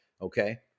Okay